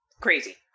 crazy